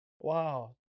Wow